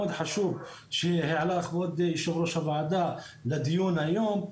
חשוב שהעלה יושב ראש הוועדה לדיון היום,